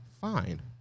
fine